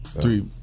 Three